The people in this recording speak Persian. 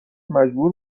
مجبور